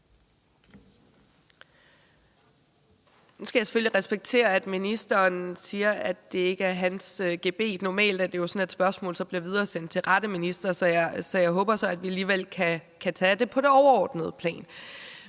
Nu skal jeg selvfølgelig respektere, at ministeren siger, at det ikke er hans gebet. Normalt er det jo sådan, at spørgsmål så bliver videresendt til rette minister. Jeg håber så, at vi alligevel kan tage det på det overordnede plan.